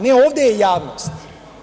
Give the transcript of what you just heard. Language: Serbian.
Ne, ovde je javnost.